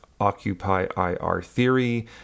occupyirtheory